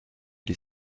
les